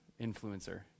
influencer